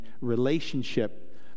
relationship